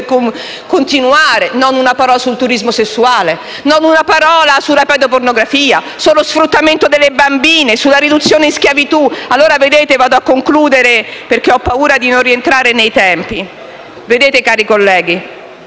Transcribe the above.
continuare: non una parola sul turismo sessuale, non una parola sulla pedopornografia, sullo sfruttamento delle bambine, sulla riduzione in schiavitù. Vado a concludere, perché ho paura di non rientrare nei tempi. Vedete, cari colleghi,